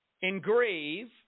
engrave